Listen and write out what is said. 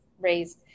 raised